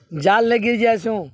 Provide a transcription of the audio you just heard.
ଜାଲ୍ ନେଇକରି ଯାଏସୁଁ